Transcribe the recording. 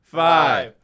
five